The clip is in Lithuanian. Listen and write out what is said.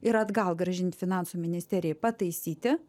ir atgal grąžint finansų ministerijai pataisyti